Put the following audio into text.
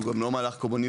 הוא גם לא מהלך קומוניסטי,